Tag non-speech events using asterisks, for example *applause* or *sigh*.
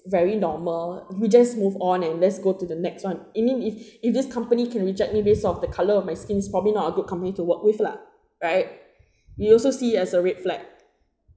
very normal we just move on and let's go to the next one it mean if if this company can reject me based on the color of my skin its probably not a good company to work with lah right *breath* you also see it as a red flag